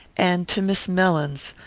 and to miss mellins,